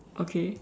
okay